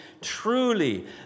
truly